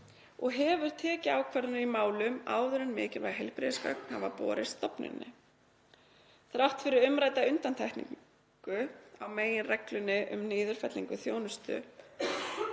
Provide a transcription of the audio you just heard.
og hafi tekið ákvarðanir í málum áður en mikilvæg heilbrigðisgögn hafa borist stofnuninni. Þrátt fyrir umrædda undantekningu á meginreglunni um niðurfellingu þjónustu